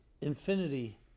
infinity